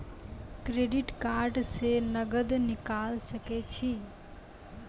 Credit card से नगद निकाल सके छी?